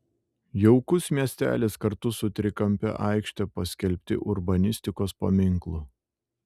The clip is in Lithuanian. jaukus miestelis kartu su trikampe aikšte paskelbti urbanistikos paminklu